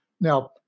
Now